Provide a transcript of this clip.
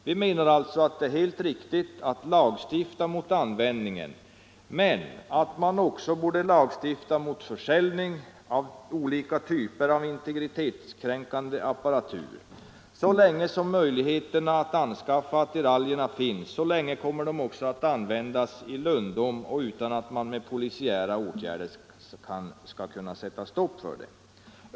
Vi menar att det är helt riktigt att lagstifta mot användningen, men att man också borde lagstifta mot försäljning av olika typer av integritetskränkande apparatur. Så länge som möjligheterna att anskaffa attiraljerna finns, så länge kommer de också att användas i lönndom och utan att man med polisiära åtgärder kan sätta stopp för det.